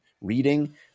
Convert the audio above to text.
reading